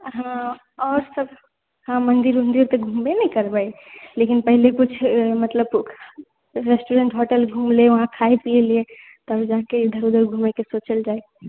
हँ आओर सब हँ मंदिर उंदिर तऽ घूमबै ने करबै लेकिन पहिले किछु मतलब रेस्टूरेंट होटल घूमलै वहाँ खाय पीऐके लिए तब जाके इधर उधर घूमएके सोचल जाए